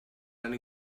han